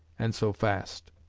and so fast.